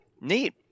Neat